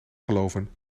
geloven